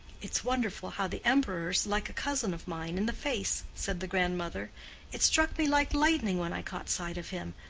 it's wonderful how the emperor's like a cousin of mine in the face, said the grandmother it struck me like lightning when i caught sight of him.